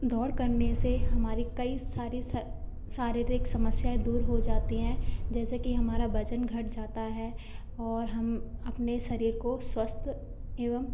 दौड़ करने से हमारी कई सारी शारीरिक समस्याएं दूर हो जाती हैं जैसे कि हमारा वजन घट जाता है और हम अपने शरीर को स्वस्थ एवं